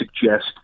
suggest